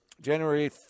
January